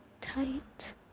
tight